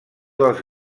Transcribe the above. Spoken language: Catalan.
dels